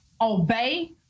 Obey